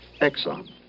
Exxon